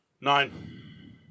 nine